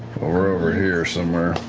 we're over here somewhere.